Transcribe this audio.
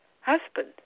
husband